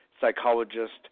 psychologist